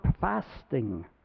fasting